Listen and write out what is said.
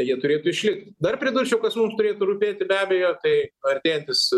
jie turėtų išlikti dar pridurčiau kas mums turėtų rūpėti be abejo tai artėjantis